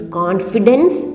confidence